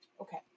Okay